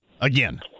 Again